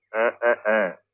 a